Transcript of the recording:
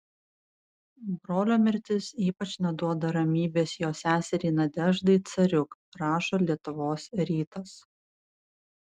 brolio mirtis ypač neduoda ramybės jo seseriai nadeždai cariuk rašo lietuvos rytas